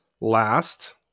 last